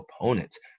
opponents